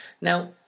Now